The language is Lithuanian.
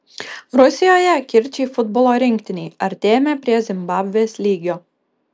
rusijoje kirčiai futbolo rinktinei artėjame prie zimbabvės lygio